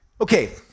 Okay